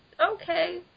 okay